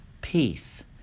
peace